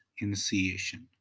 initiation